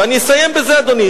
ואני אסיים בזה, אדוני.